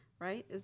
right